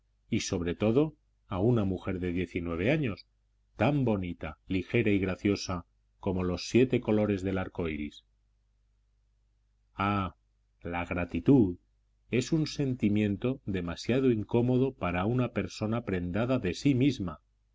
y sobre todo a una mujer de diecinueve años tan bonita ligera y graciosa como los siete colores del arco iris ah la gratitud es un sentimiento demasiado incómodo para una persona prendada de sí misma